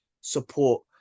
support